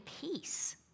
peace